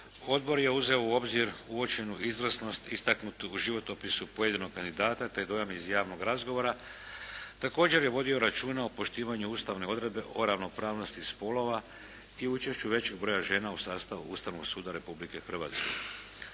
odbor je uzeo u obzir uočenu izvrsnost istaknutu u životopisu pojedinog kandidata, te dojam iz javnog razgovora, također je vodio računa o poštivanju Ustavne odredbe o ravnopravnosti spolova i učešću većeg broja žena u sastavu Ustavnog suda Republike Hrvatske.